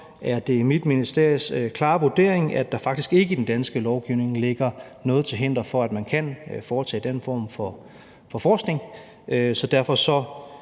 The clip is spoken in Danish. er det mit ministeries klare vurdering, at der faktisk ikke i den danske lovgivning ligger noget til hinder for, at man kan foretage den form for forskning, så derfor er